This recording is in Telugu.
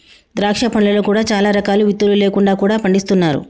ద్రాక్ష పండ్లలో కూడా చాలా రకాలు విత్తులు లేకుండా కూడా పండిస్తున్నారు